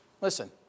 listen